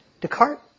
Descartes